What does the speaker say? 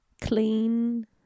clean